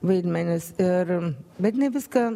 vaidmenis ir bet ne viską